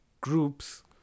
groups